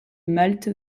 malte